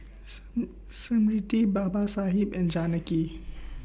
Smriti Babasaheb and Janaki